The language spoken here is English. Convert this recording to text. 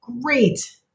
Great